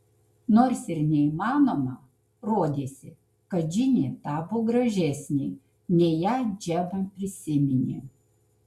nors ir neįmanoma rodėsi kad džinė tapo gražesnė nei ją džema prisiminė